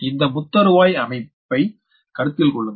இந்த முத்தருவாய் அமைப்பை கருத்தில் கொள்ளுங்கள்